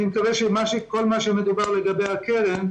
אני מקווה שכל מה שמדובר לגבי הקרן,